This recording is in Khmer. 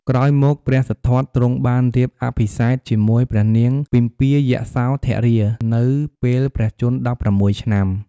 ក្រោយមកព្រះសិទ្ធត្ថទ្រង់បានរៀបអភិសេកជាមួយព្រះនាងពិម្ពាយសោធរា នៅពេលព្រះជន្ម ១៦ ឆ្នាំ។